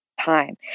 time